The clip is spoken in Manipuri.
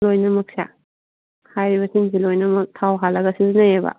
ꯂꯣꯏꯅꯃꯛꯁꯦ ꯍꯥꯏꯔꯤꯕꯁꯤꯡꯁꯦ ꯂꯣꯏꯅꯃꯛ ꯊꯥꯎ ꯍꯥꯜꯂꯒ ꯁꯤꯖꯤꯟꯅꯩꯑꯕ